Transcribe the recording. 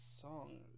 song